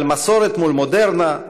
על מסורת מול מודרנה,